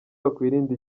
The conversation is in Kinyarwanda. wakwirinda